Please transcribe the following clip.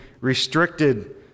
restricted